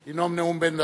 כצל'ה, לנאום נאום בן דקה.